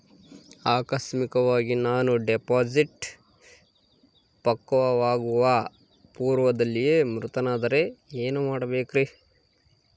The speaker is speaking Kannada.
ಆಕಸ್ಮಿಕವಾಗಿ ನಾನು ಡಿಪಾಸಿಟ್ ಪಕ್ವವಾಗುವ ಪೂರ್ವದಲ್ಲಿಯೇ ಮೃತನಾದರೆ ಏನು ಮಾಡಬೇಕ್ರಿ?